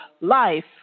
life